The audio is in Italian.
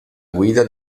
guida